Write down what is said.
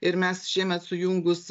ir mes šiemet sujungus